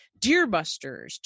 DeerBusters